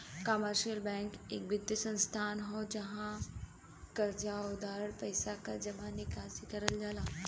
commercial bank एक वित्तीय संस्थान हौ जहाँ कर्जा, आउर पइसा क जमा निकासी करल जाला